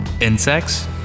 insects